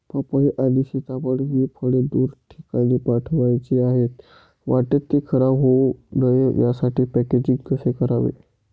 पपई आणि सीताफळ हि फळे दूर ठिकाणी पाठवायची आहेत, वाटेत ति खराब होऊ नये यासाठी पॅकेजिंग कसे करावे?